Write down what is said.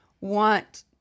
want